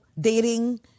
dating